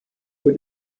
wird